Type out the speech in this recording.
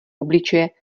obličeje